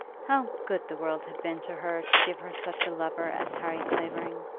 how good the world had been to her to give her such a lover as harry clavering!